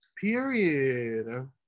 Period